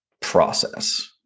process